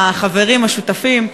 החברים השותפים,